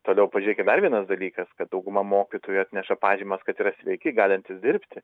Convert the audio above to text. toliau pažiūrėkit dar vienas dalykas kad dauguma mokytojų atneša pažymas kad yra sveiki galintys dirbti